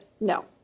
no